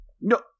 No